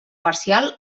parcial